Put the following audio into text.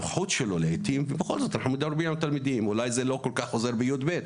הנוכחות שלו, אולי לא תעזור בי״ב,